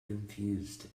confused